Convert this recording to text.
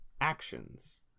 actions